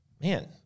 man